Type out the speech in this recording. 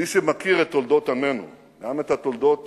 מי שמכיר את תולדות עמנו, וגם את תולדות